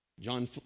John